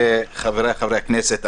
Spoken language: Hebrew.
חבריי חברי הכנסת,